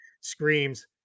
screams